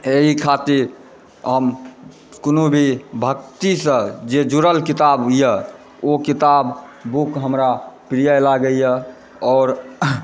एहि खातिर हम कोनो भी भक्तिसँ जे जुड़ल किताबए ओ किताब बुक हमरा प्रिय लागैए आओर